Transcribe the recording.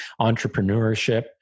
entrepreneurship